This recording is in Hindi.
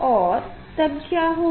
और तब क्या होगा